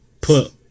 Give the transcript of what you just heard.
put